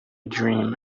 dream